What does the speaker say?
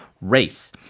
race